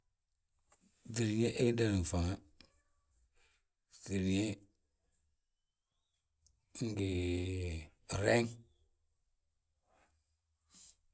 Ŧiriñe Ŧiriñe ngii nreeŋ.